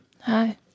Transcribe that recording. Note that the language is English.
Hi